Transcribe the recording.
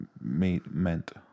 meant